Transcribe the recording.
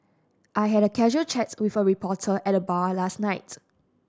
I had a casual chat with a reporter at the bar last night